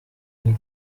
new